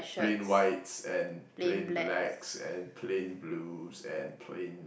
plain whites and plain blacks and plain blues and plain